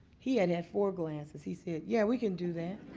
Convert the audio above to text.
he had had four glasses. he said, yeah, we can do that.